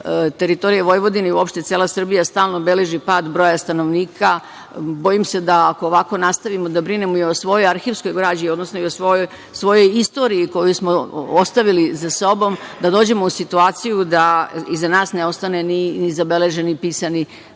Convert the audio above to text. teritorija Vojvodine i uopšte cela Srbija stalno beleži pad broja stanovnika. Bojim se da ako ovako nastavimo da brinemo i svojoj arhivskoj građi, odnosno i o svojoj istoriji koju smo ostavili za sobom da ćemo doći u situaciju da iza nas ne ostane ni zabeleženi pisani